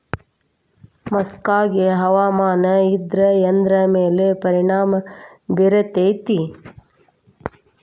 ಮಸಕಾಗಿ ಹವಾಮಾನ ಇದ್ರ ಎದ್ರ ಮೇಲೆ ಪರಿಣಾಮ ಬಿರತೇತಿ?